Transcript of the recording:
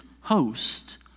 host